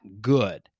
good